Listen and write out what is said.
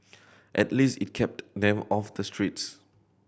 at least it kept them off the streets